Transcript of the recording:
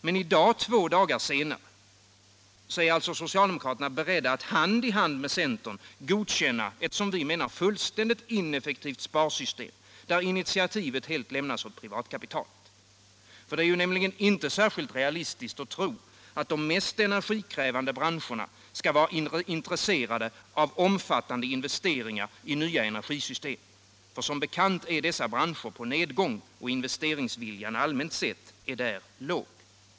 Men i dag, två dagar senare, är alltså socialdemokraterna beredda att hand i hand med centern godkänna ett, som vi menar, fullständigt ineffektivt sparsystem, där initiativet helt lämnas åt privatkapitalet. Det är ju nämligen inte särskilt realistiskt att tro, att de mest energikrävande branscherna skall vara intresserade av omfattande investeringar i nya energisystem. Som bekant är dessa branscher på nedgång och investeringsviljan är där allmänt sett låg.